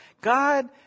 God